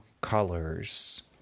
colors